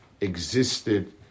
existed